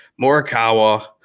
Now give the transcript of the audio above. Morikawa